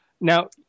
Now